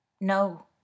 no